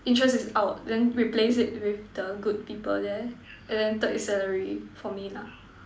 interest is out then replace it with the good people there and then third is salary for me lah